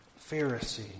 Pharisee